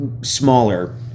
smaller